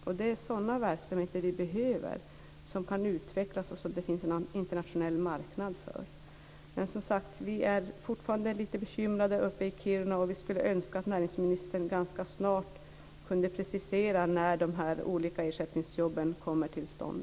Vi behöver verksamheter som kan utvecklas och som det finns en internationell marknad för. Vi är fortfarande bekymrade i Kiruna. Vi skulle önska att näringsministern snart kunde precisera när de olika ersättningsjobben kommer till stånd.